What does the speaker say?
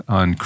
on